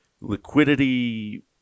liquidity